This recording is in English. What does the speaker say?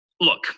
Look